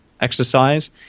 exercise